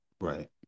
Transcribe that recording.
Right